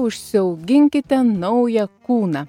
užsiauginkite naują kūną